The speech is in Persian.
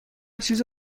چیز